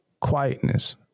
quietness